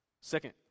Second